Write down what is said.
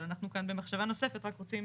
אבל אנחנו כאן במחשבה נוספת רק רוצים